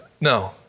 no